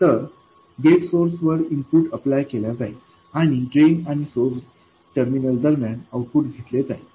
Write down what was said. तर gate source वर input apply केल्या जाईल आणि ड्रेन आणि सोर्स टर्मिनल दरम्यान आउटपुट घेतले जाईल